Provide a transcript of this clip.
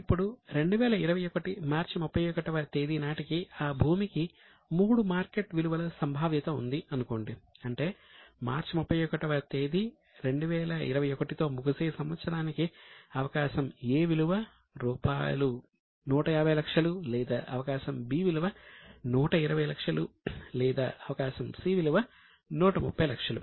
ఇప్పుడు 2021 మార్చి 31 వ తేదీ నాటికి ఆ భూమికి మూడు మార్కెట్ విలువల సంభావ్యత ఉంది అనుకోండి అంటే మార్చి 31 వ తేదీ 2021 తో ముగిసే సంవత్సరానికి అవకాశం A విలువ రూ 150 లక్షలు లేదా అవకాశం B విలువ 120 లక్షలు లేదా అవకాశం C విలువ 130 లక్షలు